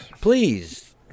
please